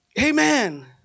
amen